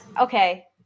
okay